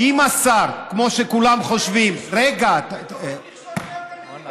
אם השר, כמו שכולם חושבים ותוריד מכסות מהגליל.